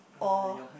or